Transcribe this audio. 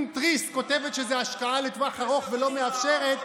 תריס כותבת שזה השקעה לטווח ארוך ולא מאפשרת,